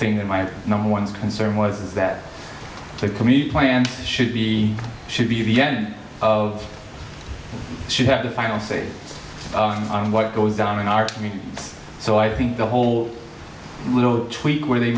thing that my number one concern was that the community plan should be should be the end of should have the final say on what goes on in our community so i think the whole little tweak where they